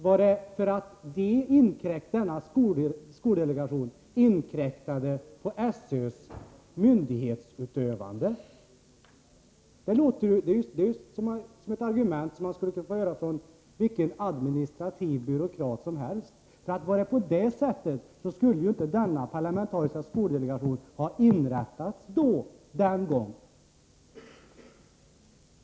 Var det för att denna skoldelegation inkräktade på SÖ:s myndighetsutövning? Det är ett argument som man skulle kunna få höra från vilken administrativ byråkrat som helst. Var det på det sättet borde denna parlamentariska skoldelegation aldrig ha inrättats!